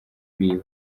biwe